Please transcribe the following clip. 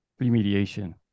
remediation